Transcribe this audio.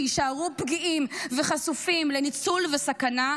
שיישארו פגיעים וחשופים לניצול ולסכנה,